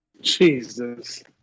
Jesus